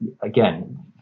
again